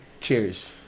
Cheers